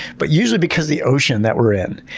but usually because the ocean that we're in.